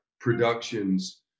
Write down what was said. productions